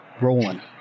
rolling